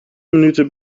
minuten